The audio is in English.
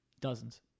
Dozens